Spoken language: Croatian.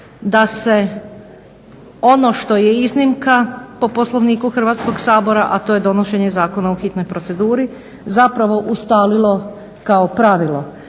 da se ono što je iznimka po Poslovniku Hrvatskog sabora, a to je donošenje Zakona u hitnoj proceduri zapravo ustalilo kao pravilo.